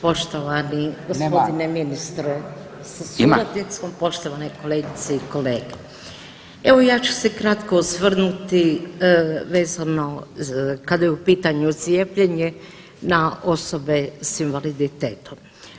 Poštovani gospodine ministre sa suradnicom, poštovane kolegice i kolege evo ja ću se kratko osvrnuti vezano kada je u pitanju cijepljenje na osobe s invaliditetom.